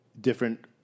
Different